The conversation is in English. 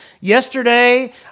Yesterday